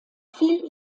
fiel